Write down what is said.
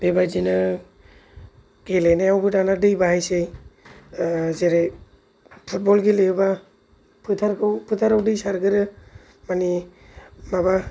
बेबादिनो गेलेनायावबो दाना दै बाहायसै जेरै फुटबल गेलेयोबा फोथारखौ फोथाराव दै सारगोरो मानि माबा